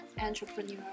entrepreneur